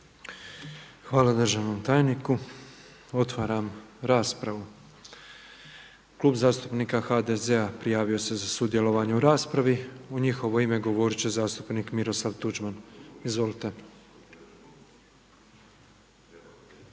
Hvala državnom tajniku. Otvaram raspravu. Klub zastupnika HDZ-a prijavio se za sudjelovanje u raspravi. U njihovo ime govorit će zastupnik Miroslav Tuđman, izvolite.